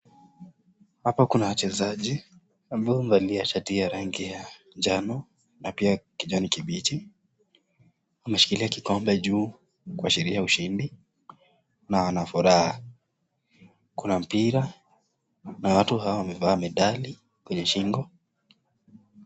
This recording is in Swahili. Hapa kuna wachezaji ambao wamevalia shati ya rangi ya njano na pia kijani kibichi wameshikilia kikombe juu kuashiria ushindi na wanafuraha. Kuna mpira na watu hawa wamevaa medali kwenye shingo.